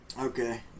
okay